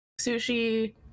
Sushi